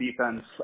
defense